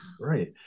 right